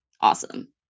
awesome